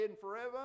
forever